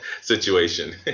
situation